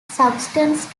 substances